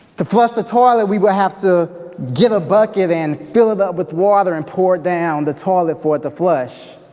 to flush the toilet, we would have to get a bucket and fill it up with water and pour it down the toilet for it to flush.